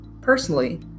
personally